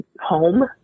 home